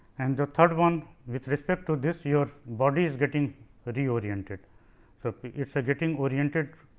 and the third one with respect to this your body is getting re oriented so, it is a getting oriented